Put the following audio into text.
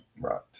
right